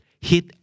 Hit